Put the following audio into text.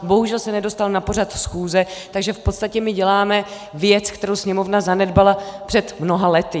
Bohužel se nedostaly na pořad schůze, takže v podstatě my děláme věc, kterou Sněmovna zanedbala před mnoha lety.